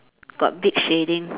got big shading